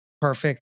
Perfect